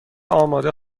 آماده